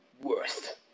worst